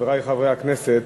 חברי חברי הכנסת,